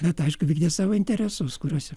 bet aišku vykdė savo interesus kuriuos